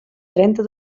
trenta